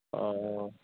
অঁ